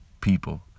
people